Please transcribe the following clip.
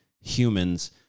humans